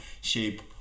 shape